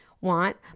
want